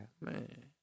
man